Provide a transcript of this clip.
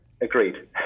Agreed